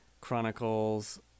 Chronicles